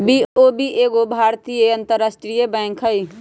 BOB एगो भारतीय अंतरराष्ट्रीय बैंक हइ